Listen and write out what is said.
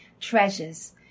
treasures